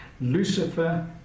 Lucifer